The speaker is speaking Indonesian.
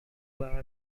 bahasa